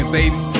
baby